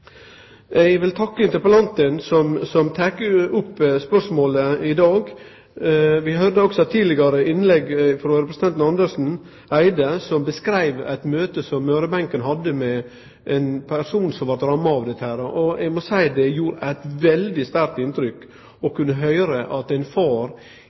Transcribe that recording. Eg vil takke interpellanten som tek opp spørsmålet i dag. Vi høyrde også i eit tidlegare innlegg, frå representanten Andersen Eide, ei skildring frå eit møte som Møre-benken hadde med ein person som vart ramma av dette. Eg må seie at det gjorde eit veldig sterkt inntrykk å høyre at ein far ikkje kunne vere med barnet sitt ut og